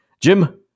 Jim